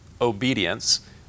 obedience